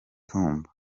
tumba